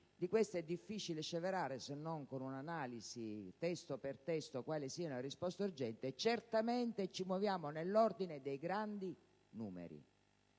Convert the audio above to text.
tra queste, è difficile sceverare, se non con un'analisi testo per testo, quali siano quelle a risposta urgente, ma certamente ci muoviamo nell'ordine dei grandi numeri.